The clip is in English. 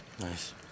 Nice